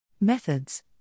Methods